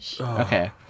Okay